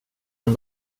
den